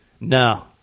No